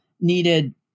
needed